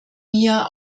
mir